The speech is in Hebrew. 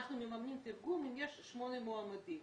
אנחנו מממנים תרגום אם יש שמונה מועמדים.